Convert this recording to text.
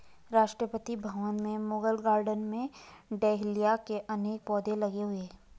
राष्ट्रपति भवन के मुगल गार्डन में डहेलिया के अनेक पौधे लगे हुए हैं